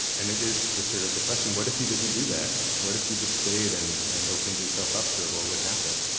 and it is just sort of the question what if you didn't do that? what if you just stayed and and opened yourself up to it? what would happen?